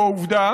הוא העובדה